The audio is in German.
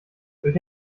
durch